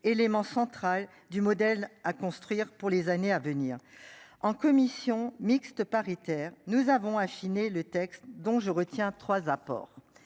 élément central du modèle à construire pour les années à venir, en commission mixte paritaire, nous avons affiné le texte dont je retiens 3 apport